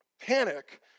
panic